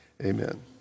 Amen